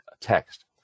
text